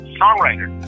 songwriter